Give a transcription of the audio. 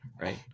Right